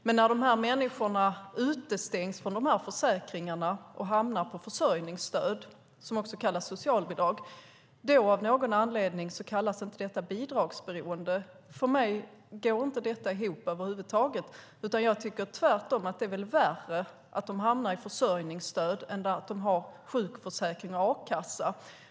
Men när de människorna utestängs från dessa försäkringar och hamnar i försörjningsstöd, som också kallas socialbidrag, kallas det av någon anledning inte bidragsberoende. Detta går inte ihop över huvud taget för mig. Jag tycker tvärtom att det är värre att de hamnar i försörjningsstöd än att de har sjukförsäkring och a-kassa.